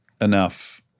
enough